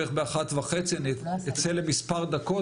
בערך ב-13:30 אני אצא למספר דקות